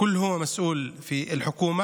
אנחנו מנסים לצמצם את הפערים,